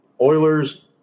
Oilers